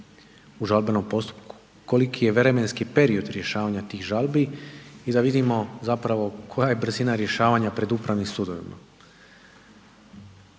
u žalbenom postupku, koliki je vremenski period rješavanja tih žalbi i da vidimo koja je brzina rješavanja pred Upravnim sudovima.